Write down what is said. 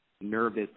nervous